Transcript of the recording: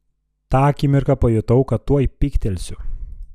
tą akimirką pajutau kad tuoj pyktelsiu